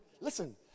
Listen